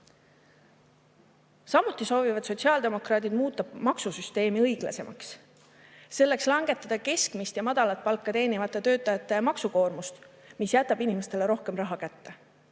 Samuti soovivad sotsiaaldemokraadid muuta maksusüsteemi õiglasemaks. Selleks soovime langetada keskmist ja madalat palka teenivate töötajate maksukoormust, mis jätaks inimestele rohkem raha kätte.